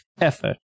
effort